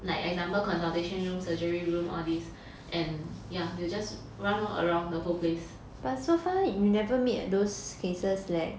like example consultation room surgery room all these and yeah they will just run lor around the whole place